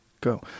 go